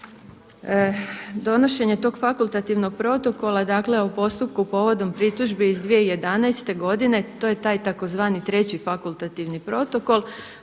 Donošenje tog fakultativnog protokola o postupku povodom pritužbi iz 2011. godine to je taj tzv. treći fakultativni protokol